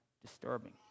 disturbing